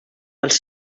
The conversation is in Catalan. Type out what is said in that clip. als